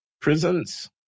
prisons